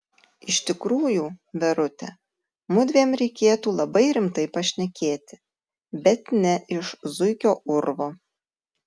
iš tikrųjų verute mudviem reikėtų labai rimtai pašnekėti bet ne iš zuikio urvo